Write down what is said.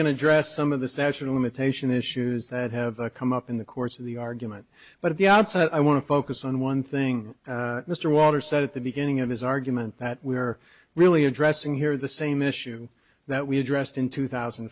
going to address some of the statute of limitation issues that have come up in the course of the argument but at the outset i want to focus on one thing mr walter said at the beginning of his argument that we are really addressing here the same issue that we addressed in two thousand